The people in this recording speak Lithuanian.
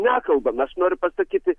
nekalbam aš noriu pasakyti